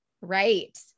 right